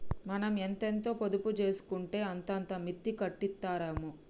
మనం ఎంతెంత పొదుపు జేసుకుంటే అంతంత మిత్తి కట్టిత్తరాయె